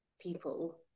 people